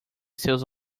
seus